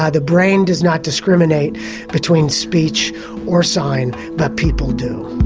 ah the brain does not discriminate between speech or sign but people do.